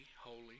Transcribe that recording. holy